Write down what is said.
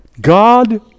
God